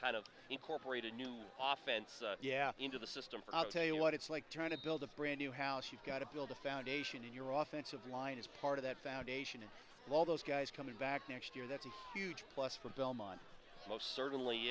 kind of incorporate a new often yeah into the system tell you what it's like trying to build a brand new house you've got to build a foundation in your office of line is part of that foundation and all those guys coming back next year that's a huge plus for belmont most certainly